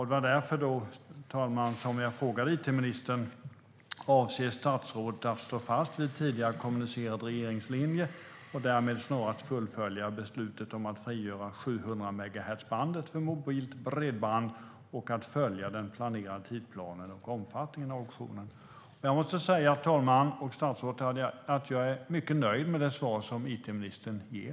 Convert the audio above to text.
Det var därför som jag frågade it-ministern: Avser statsrådet att stå fast vid tidigare kommunicerad regeringslinje och därmed snarast fullfölja beslutet om att frigöra 700-megahertzbandet för mobilt bredband och att följa den planerade tidsplanen och omfattningen av auktionen? Fru talman! Jag måste säga att jag är mycket nöjd med det svar som it-ministern ger.